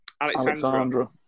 Alexandra